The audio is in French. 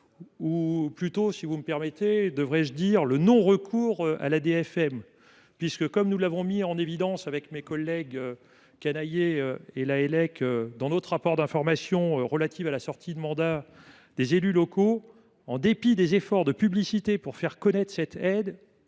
ou plutôt, devrais je dire, le non recours, à l’ADFM. En effet, comme je l’ai mis en évidence avec mes collègues Canayer et Lahellec dans notre rapport d’information relatif à la sortie de mandat des élus locaux, en dépit des efforts de publicité pour faire connaître cette aide,